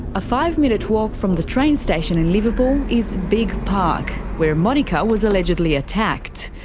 a five-minute walk from the train station in liverpool is bigge park, where monika was allegedly attacked.